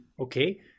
okay